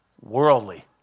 Worldly